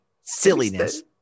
silliness